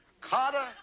Carter